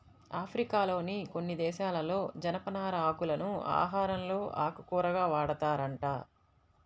ఆఫ్రికాలోని కొన్ని దేశాలలో జనపనార ఆకులను ఆహారంలో ఆకుకూరగా వాడతారంట